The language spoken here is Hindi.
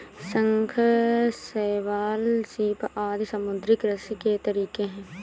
शंख, शैवाल, सीप आदि समुद्री कृषि के तरीके है